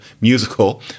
musical